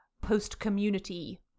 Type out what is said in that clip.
post-community